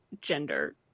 gender